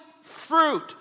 fruit